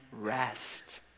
rest